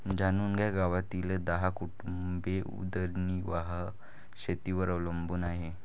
जाणून घ्या गावातील दहा कुटुंबे उदरनिर्वाह शेतीवर अवलंबून आहे